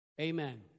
amen